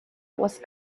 was